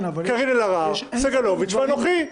קארין אלהרר, סגלוביץ' ואנוכי.